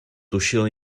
tušil